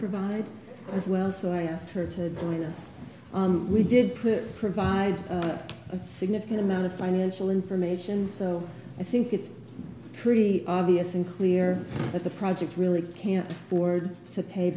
provide as well so i asked her to join us we did put provide a significant amount of financial information so i think it's pretty obvious and clear that the project really can't afford to pay